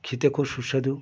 খেতে খুব সুস্বাদু